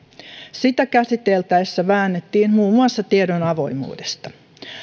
sitä käsiteltäessä väännettiin muun muassa tiedon avoimuudesta